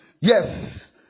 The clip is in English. Yes